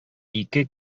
ике